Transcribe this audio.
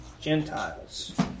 Gentiles